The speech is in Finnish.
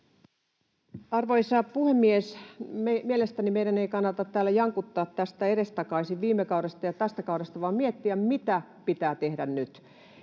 Arvoisa puhemies! Mielestäni meidän ei kannata täällä jankuttaa edestakaisin viime kaudesta ja tästä kaudesta vaan miettiä, mitä pitää tehdä nyt.